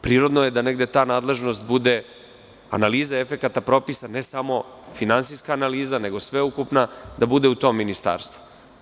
Prirodno je da negde ta nadležnost bude analiza efekata propisa, ne samo finansijska analiza nego sveobuhvatna, da bude u tom ministarstvu.